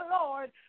Lord